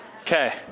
Okay